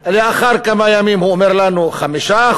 לאחר כמה ימים הוא אומר לנו 5%;